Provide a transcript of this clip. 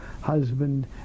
husband